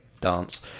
dance